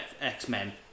X-Men